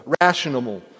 rational